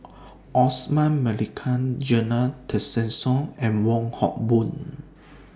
Osman Merican Zena Tessensohn and Wong Hock Boon